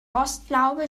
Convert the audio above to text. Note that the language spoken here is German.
rostlaube